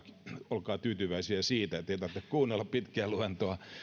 olkaa tyytyväisiä siitä että ei tarvitse kuunnella pitkää luentoa